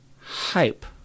hype